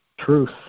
truth